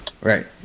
Right